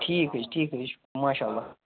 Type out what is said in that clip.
ٹھیٖک حظ چھِ ٹھیٖک حظ چھِ ماشاء اللہ